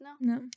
no